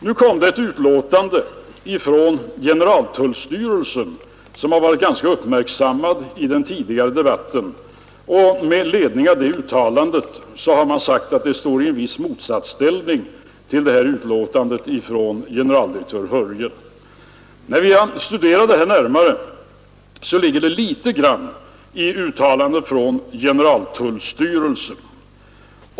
Nu kom det ett utlåtande från generaltullstyrelsen som varit ganska uppmärksammat i den tidigare debatten. Man har sagt att det står i viss motsatsställning till utlåtandet från generaldirektör Hörjel. När vi studerat det närmare har vi funnit att det kanske ligger en liten motsättning i uttalandet från generaltullstyrelsen.